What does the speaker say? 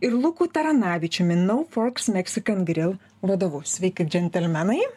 ir luku taranavičiumi nau forks meksikan gril vadovu sveiki džentelmenai